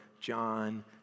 John